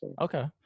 Okay